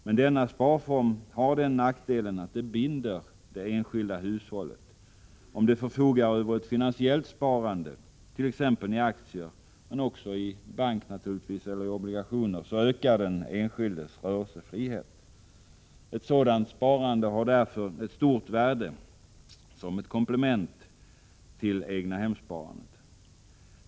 Men denna sparform har den nackdelen att den binder det enskilda hushållet. Om det förfogar över ett finansiellt sparande, t.ex. i aktier men också på bank eller i obligationer, ökar den enskildes rörelsefrihet. Ett sådant sparande har därför ett stort värde som ett komplement till egnahemssparandet.